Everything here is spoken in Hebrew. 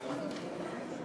ממשלה